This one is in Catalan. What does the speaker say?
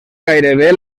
gairebé